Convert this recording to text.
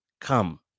come